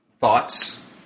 thoughts